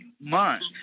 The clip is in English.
months